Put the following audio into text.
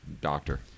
doctor